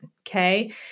Okay